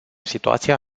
situația